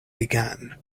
began